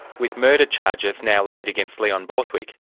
with murder charges now laid against leon borthwick,